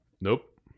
Nope